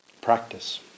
practice